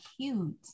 cute